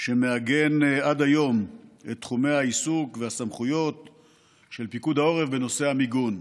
שמעגן עד היום את תחומי העיסוק והסמכויות של פיקוד העורף בנושא המיגון,